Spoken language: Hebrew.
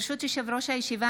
ברשות יושב-ראש הישיבה,